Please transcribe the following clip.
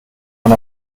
von